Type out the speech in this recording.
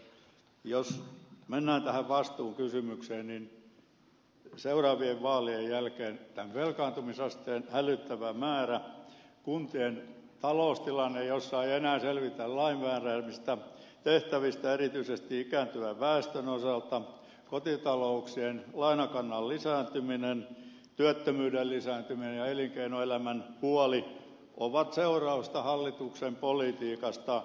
jos mennään vastuukysymykseen niin seuraavien vaalien jälkeen tämän velkaantumisasteen hälyttävä määrä kuntien taloustilanne jossa ei enää selvitä lain määräämistä tehtävistä erityisesti ikääntyvän väestön osalta kotitalouk sien lainakannan lisääntyminen työttömyyden lisääntyminen ja elinkeinoelämän huoli ovat seurausta hallituksen politiikasta